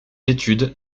études